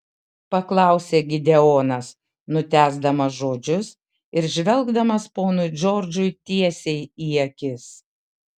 paklausė gideonas nutęsdamas žodžius ir žvelgdamas ponui džordžui tiesiai į akis